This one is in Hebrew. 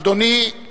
אדוני,